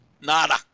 nada